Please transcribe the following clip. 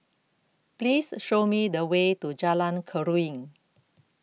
Please Show Me The Way to Jalan Keruing